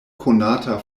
konata